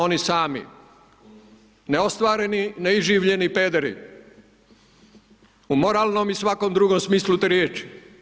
Oni sami, neostvareni, neiživljeni pederi, u moralnom i svakom drugom te riječi.